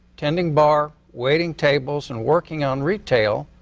tending bar, waiting tables, and working on retail,